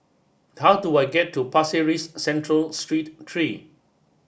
how do I get to Pasir Ris Central Street three